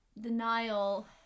denial